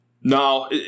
No